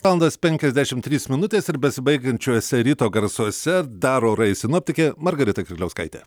valandos penkiasdešimt trys minutės ir besibaigiančiuose ryto garsuose dar orais sinoptikė margarita kirkliauskaitė